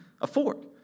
afford